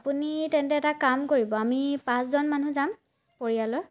আপুনি তেন্তে এটা কাম কৰিব আমি পাঁচজন মানুহ যাম পৰিয়ালৰ